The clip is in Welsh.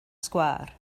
sgwâr